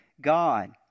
God